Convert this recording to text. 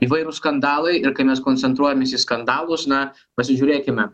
įvairūs skandalai ir kai mes koncentruojamės į skandalus na pasižiūrėkime